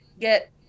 get